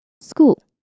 school